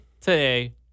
today